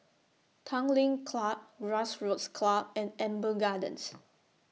Tanglin Club Grassroots Club and Amber Gardens